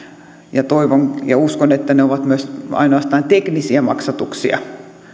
ja toivon ja uskon että ne ovat myös ainoastaan teknisiä maksatuksia